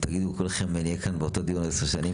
אם כולכם תגידו נהיה כאן עוד עשר שנים,